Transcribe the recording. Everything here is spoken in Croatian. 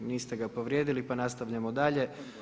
Niste ga povrijedili pa nastavljamo dalje.